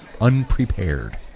unprepared